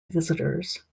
visitors